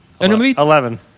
Eleven